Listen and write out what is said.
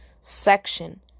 section